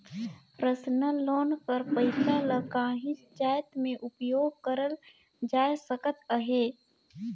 personal loan कर पइसा ल काहींच जाएत में उपयोग करल जाए सकत अहे